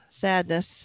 sadness